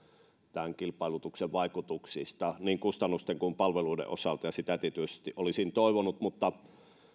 tämän kilpailutuksen vaikutuksista niin kustannusten kuin palveluidenkaan osalta ja sitä tietysti olisin toivonut mutta